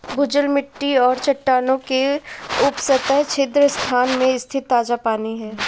भूजल मिट्टी और चट्टानों के उपसतह छिद्र स्थान में स्थित ताजा पानी है